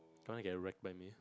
you wanna get wrecked by me